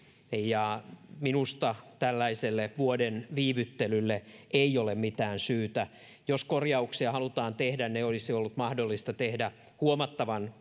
ja minusta tällaiselle vuoden viivyttelylle ei ole mitään syytä jos korjauksia halutaan tehdä ne olisi ollut mahdollista tehdä huomattavan